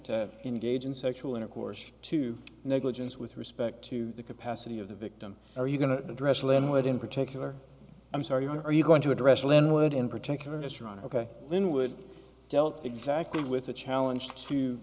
engage in sexual intercourse to negligence with respect to the capacity of the victim are you going to address them what in particular i'm sorry are you going to address lin wood in particular restaurant ok when would dealt exactly with a challenge to